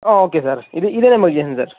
ఓ okay sir ఇదే ఇదే నెంబర్కి చేయండి సార్